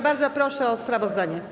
Bardzo proszę o sprawozdanie.